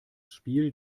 spiel